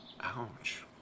Ouch